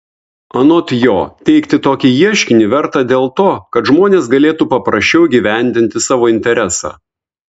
anot jo teikti tokį ieškinį verta dėl to kad žmonės galėtų paprasčiau įgyvendinti savo interesą